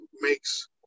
makes